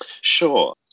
Sure